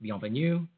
bienvenue